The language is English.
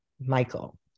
Michael